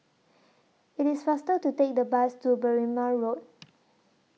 IT IS faster to Take The Bus to Berrima Road